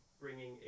bringing